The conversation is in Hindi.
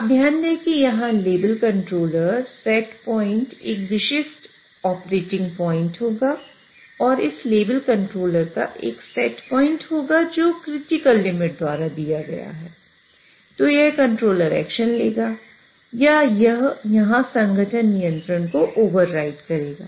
अब ध्यान दें कि यहां लेवल कंट्रोलर नियंत्रण को ओवरराइड करेगा